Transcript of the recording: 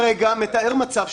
אם הוא נעלם בגין עצמו,